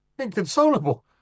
Inconsolable